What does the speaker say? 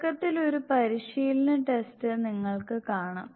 തുടക്കത്തിൽ ഒരു പരിശീലന ടെസ്റ്റ് നിങ്ങൾക്ക് കാണാം